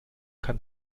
kann